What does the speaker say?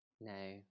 No